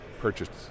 purchased